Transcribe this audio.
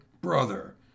brother